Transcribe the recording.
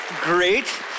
great